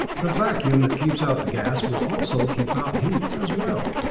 the vacuum that keeps out the gas will also keep out heat, as well!